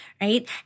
Right